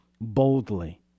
boldly